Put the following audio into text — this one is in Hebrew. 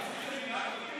אצלי זה מנהג עתיק.